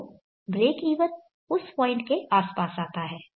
तो ब्रेकइवन उस पॉइंट के आसपास आता है